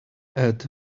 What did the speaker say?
add